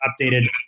updated